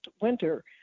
winter